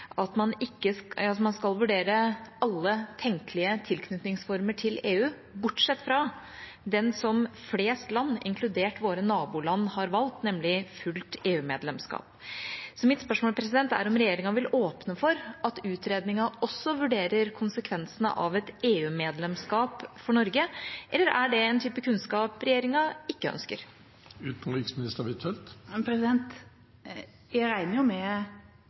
at man skal vurdere alle tenkelige tilknytningsformer til EU, bortsett fra den som flest land, inkludert våre naboland, har valgt, nemlig fullt EU-medlemskap. Mitt spørsmål er: Vil regjeringa åpne for at utredningen også vurderer konsekvensene av et EU-medlemskap for Norge, eller er det en type kunnskap regjeringa ikke ønsker? Jeg regner med at også i lys av denne krisen vil vi få en utvidet Europa-diskusjon for Norge. Jeg